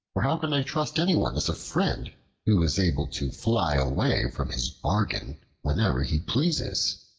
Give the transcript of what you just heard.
for how can i trust anyone as a friend who is able to fly away from his bargain whenever he pleases?